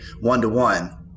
one-to-one